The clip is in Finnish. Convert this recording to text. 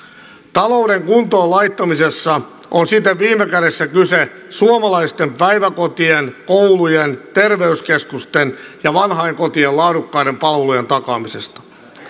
talouden kuntoon laittamisessa on siten viime kädessä kyse suomalaisten päiväkotien koulujen terveyskeskusten ja vanhainkotien laadukkaiden palvelujen takaamisesta